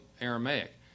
Aramaic